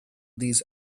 these